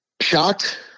Shocked